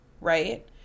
right